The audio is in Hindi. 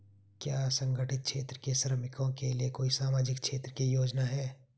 क्या असंगठित क्षेत्र के श्रमिकों के लिए कोई सामाजिक क्षेत्र की योजना है?